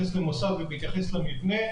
בהתייחס למוסד ובהתייחס למבנה.